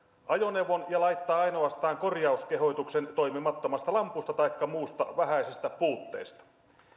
ajoneuvon ja laittaa ainoastaan korjauskehotuksen toimimattomasta lampusta taikka muusta vähäisestä puutteesta